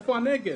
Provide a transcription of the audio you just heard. איפה הנגב?